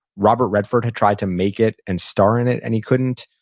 robert redford had tried to make it and star in it, and he couldn't.